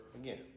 again